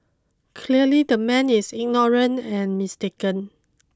clearly the man is ignorant and mistaken